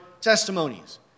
testimonies